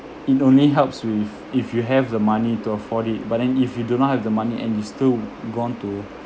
it only helps with if you have the money to afford it but then if you do not have the money and you still want to